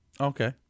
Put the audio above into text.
Okay